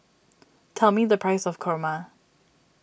tell me the price of Kurma